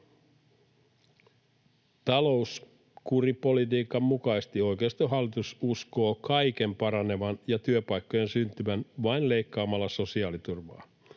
Talouskuripolitiikan mukaisesti oikeistohallitus uskoo kaiken paranevan ja työpaikkojen syntyvän vain leikkaamalla sosiaaliturvaa.